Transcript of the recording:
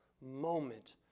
moment